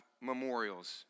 memorials